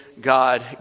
God